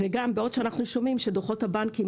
וגם בעוד שאנחנו שומעים על דוחות הבנקים,